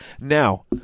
Now